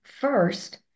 first